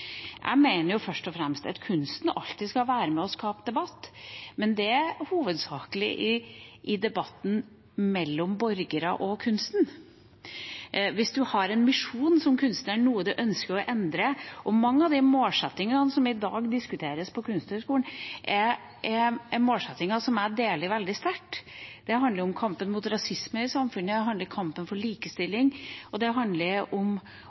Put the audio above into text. Jeg mener først og fremst at kunsten alltid skal være med på å skape debatt, men det er hovedsakelig i debatten mellom borgere og kunsten – hvis man har en misjon som kunstner, og har noe man ønsker å endre. Mange av de målsettingene som i dag diskuteres på Kunsthøgskolen, er målsettinger jeg deler veldig sterkt. Det handler om kampen mot rasisme i samfunnet, det handler om kampen for likestilling, og det handler om